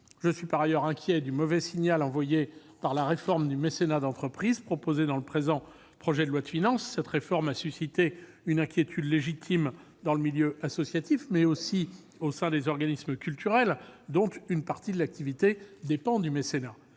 Je suis par ailleurs inquiet du mauvais signal envoyé au travers de la réforme du mécénat d'entreprise, prévue dans le présent projet de loi de finances. Cette réforme a suscité une inquiétude légitime dans le milieu associatif, mais aussi au sein des organismes culturels, dont une partie de l'activité dépend du mécénat.